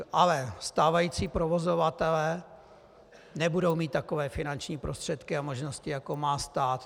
Ale stávající provozovatelé nebudou mít takové finanční prostředky a možnosti, jako má stát.